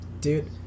dude